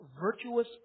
virtuous